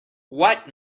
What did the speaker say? what